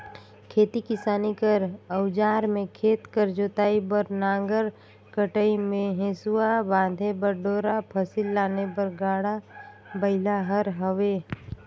खेती किसानी कर अउजार मे खेत कर जोतई बर नांगर, कटई मे हेसुवा, बांधे बर डोरा, फसिल लाने बर गाड़ा बइला हर हवे